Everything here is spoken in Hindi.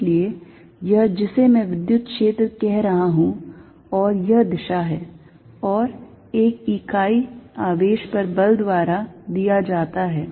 इसलिए यह जिसे मैं विद्युत क्षेत्र कह रहा हूं और यह दिशा है और एक इकाई आवेश पर बल द्वारा दिया जाता है